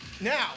Now